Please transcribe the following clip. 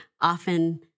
often